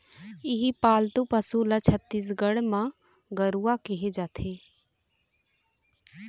इहीं पालतू पशु ल छत्तीसगढ़ म गरूवा केहे जाथे